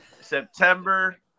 September